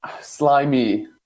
slimy